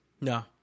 No